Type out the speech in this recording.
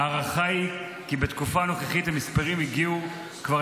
ההערכה היא כי בתקופה הנוכחית המספרים הגיעו כבר